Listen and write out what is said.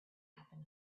happen